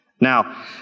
Now